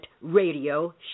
radio